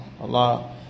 Allah